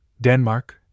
Denmark